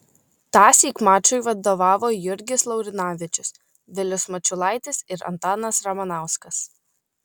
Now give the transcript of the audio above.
tąsyk mačui vadovavo jurgis laurinavičius vilius mačiulaitis ir antanas ramanauskas